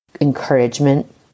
encouragement